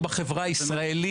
לסבא ולסבתא,